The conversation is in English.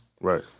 Right